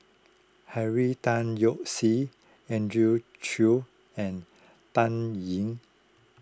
Henry Tan Yoke See Andrew Chew and Dan Ying